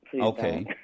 Okay